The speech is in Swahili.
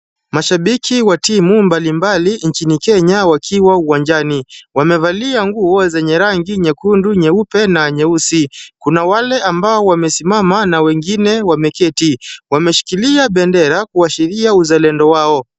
Mashabiki wa timu mbalimbali nchini Kenya wakiwa uwanjani. Wamevalia nguo zenye rangi nyekundu, nyeupe na nyeusi. Kuna wale ambao wamesimama na wengine wameketi. Wameshikilia bendera kuashiria uzalendo wao.